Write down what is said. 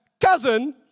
cousin